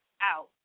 out